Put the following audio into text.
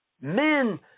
men